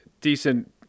decent